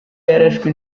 yarashwe